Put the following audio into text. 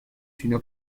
sino